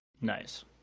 nice